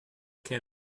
can